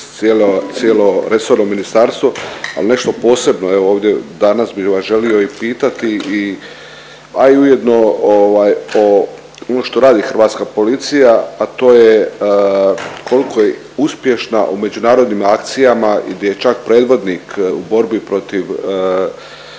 cijelo resorno ministarstvo, ali nešto posebno evo ovdje danas bi vam želio i pitati, a i ujedno ovaj o ono što radi hrvatska policija, a to je koliko je uspješna u međunarodnim akcijama gdje je čak predvodnik u borbi protiv otvorene